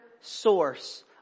source